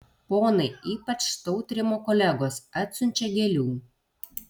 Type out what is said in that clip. ponai ypač tautrimo kolegos atsiunčią gėlių